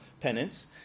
penance